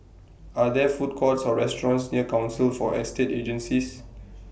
Are There Food Courts Or restaurants near Council For Estate Agencies